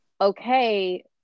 okay